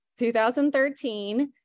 2013